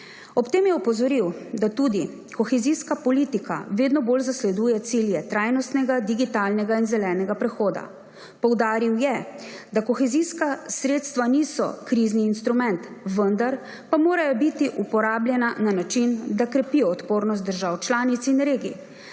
Ob tem je opozoril, da tudi kohezijska politika vedno bolj zasleduje cilje trajnostnega, digitalnega in zelenega prehoda. Poudaril je, da kohezijska sredstva niso krizni instrument, vendar pa morajo biti uporabljena na način, da krepijo odpornost držav članic in regij,